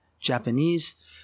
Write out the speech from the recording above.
Japanese